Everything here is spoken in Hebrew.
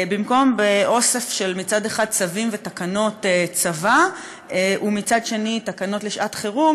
במקום באוסף של מצד אחד צווים ותקנות צבא ומצד שני תקנות לשעת-חירום,